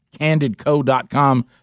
candidco.com